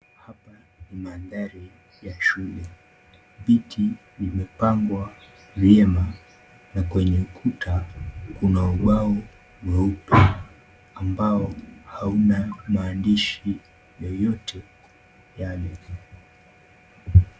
Hapa ni mandhari ya shule. Viti vimepangwa vyema na kwenye ukuta kuna ubao mweupe, ambao hauna maandishi yoyote yale.